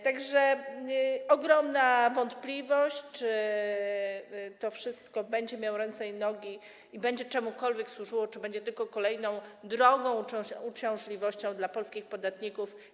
Tak że ogromna wątpliwość, czy to wszystko będzie miało ręce i nogi i będzie czemukolwiek służyło, czy będzie tylko kolejną drogą uciążliwością dla polskich podatników.